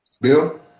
Bill